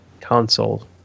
Console